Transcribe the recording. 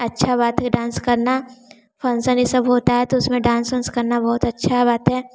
अच्छा बात है डांस करना फंक्शन इस सब होता है तो उसमें डांस उंस करना बहुत अच्छा बात है